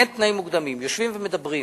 אין תנאים מוקדמים, יושבים ומדברים.